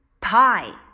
Pie